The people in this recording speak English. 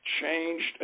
changed